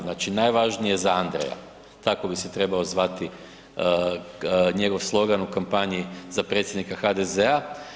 Znači, „Najvažnije za Andreja“, tako bi se trebao zvati njegov slogan u kampanji za predsjednika HDZ-a.